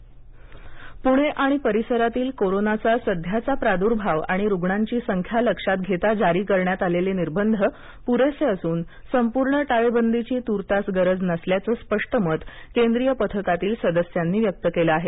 पणे टाळेबदी पूणे आणि परिसरातील कोरोनाचा सध्याचा प्रादूर्भाव आणि रुग्णांची संख्या लक्षात घेता जारी करण्यात आलेले निर्बंध प्रेसे असून संपूर्ण टाळेबदीची तूर्त गरज नसल्याचं स्पष्ट मत केंद्रीय पथकातील सदस्यांनी व्यक्त केलं आहे